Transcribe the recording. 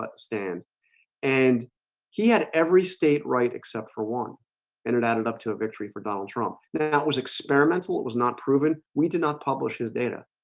but stand and he had every state right except for one and it added up to a victory for donald trump yeah and it was experimental it was not proven. we did not publish his data